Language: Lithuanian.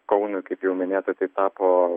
kaunui kaip jau minėta tai tapo